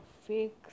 fake